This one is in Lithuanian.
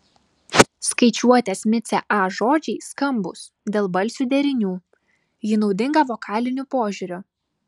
skaičiuotės micė a žodžiai skambūs dėl balsių derinių ji naudinga vokaliniu požiūriu